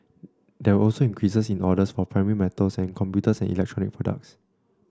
there were also increases in orders for primary metals and computers and electronic products